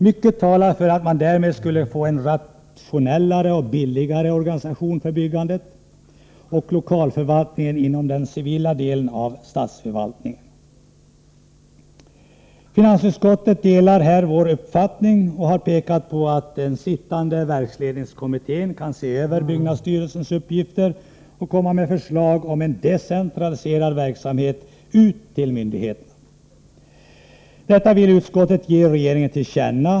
Mycket talar för att man därmed skulle få en rationellare och billigare organisation för byggandet och lokalförvaltningen inom den civila delen av statsförvaltningen. Finansutskottet delar här vår uppfattning och har pekat på att den sittande verksledningskommittén kan se över byggnadsstyrelsens uppgifter och komma med förslag om en decentraliserad verksamhet ut till myndigheterna. Detta vill utskottet ge regeringen till känna.